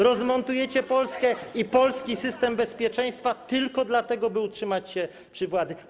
Rozmontujecie Polskę i polski system bezpieczeństwa tylko po to, by utrzymać się przy władzy.